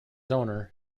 owner